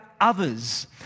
others